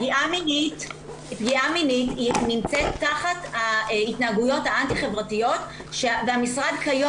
פגיעה מינית נמצאת תחת ההתנהגויות האנטי חברתיות והמשרד כיום